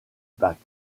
pack